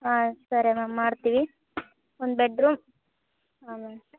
ಹಾಂ ಸರಿ ಮ್ಯಾಮ್ ಮಾಡ್ತೀವಿ ಒಂದು ಬೆಡ್ರೂಮ್ ಹಾಂ ಮ್ಯಾಮ್